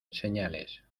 señales